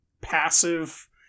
passive